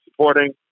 supporting